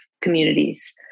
communities